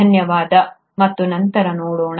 ಧನ್ಯವಾದಗಳು ಮತ್ತು ನಂತರ ನೋಡೋಣ